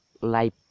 life